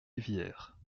livière